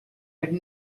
would